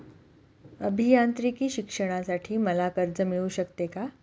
अभियांत्रिकी शिक्षणासाठी मला कर्ज मिळू शकते का?